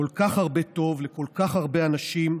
כל כך הרבה טוב לכל כך הרבה אנשים.